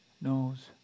knows